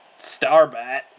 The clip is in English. Starbat